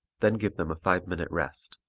then give them a five minute rest.